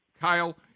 Kyle